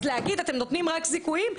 אז להגיד אתם נותנים רק זיכויים?